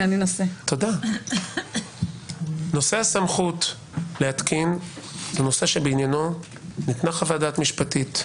נושא הסמכות להתקין הוא נושא שבעניינו ניתנה חוות דעת משפטית,